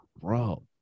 bro